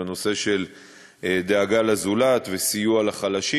בנושא של דאגה לזולת וסיוע לחלשים.